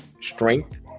strength